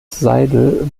seidel